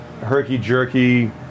herky-jerky